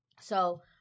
So-